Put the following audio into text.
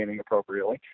appropriately